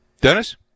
Dennis